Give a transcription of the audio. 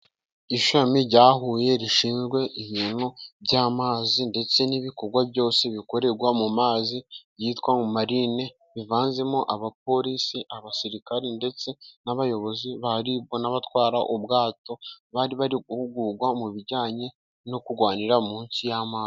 Ishami rya Huye rishinzwe ibintu by'amazi ndetse n'ibikorwa byose bikorerwa mu mazi yitwa Marine ,bivanzemo abapolisi ,abasirikare ndetse n'abayobozi ba Ribu n'abatwara ubwato ,bari bari guhugurwa mu bijyanye no kurwanira munsi y'amazi.